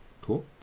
cool